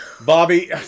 Bobby